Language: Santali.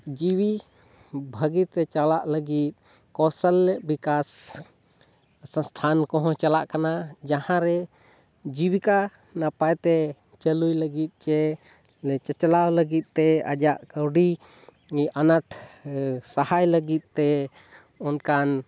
ᱡᱤᱣᱤ ᱵᱷᱟᱹᱜᱤ ᱛᱮ ᱪᱟᱞᱟᱜ ᱞᱟᱹᱜᱤᱫ ᱠᱚᱥᱟᱞᱞᱟ ᱵᱤᱠᱟᱥ ᱥᱚᱝᱥᱛᱷᱟᱱ ᱠᱚᱦᱚᱸ ᱪᱟᱞᱟᱜ ᱠᱟᱱᱟ ᱡᱟᱦᱟᱸ ᱨᱮ ᱡᱤᱵᱤᱠᱟ ᱱᱟᱯᱟᱭ ᱛᱮ ᱪᱟᱹᱞᱩᱭ ᱞᱟᱹᱜᱤᱫ ᱥᱮ ᱪᱟᱪᱞᱟᱣ ᱞᱟᱹᱜᱤᱫ ᱛᱮ ᱟᱡᱟᱜ ᱠᱟᱹᱣᱰᱤ ᱟᱱᱟᱴ ᱥᱟᱦᱟᱭ ᱞᱟᱹᱜᱤᱫ ᱛᱮ ᱚᱱᱠᱟᱱ